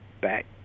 back